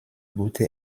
gute